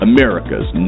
America's